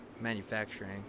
manufacturing